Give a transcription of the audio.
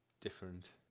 different